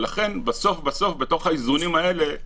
ולכן, בתוך האיזונים האלה,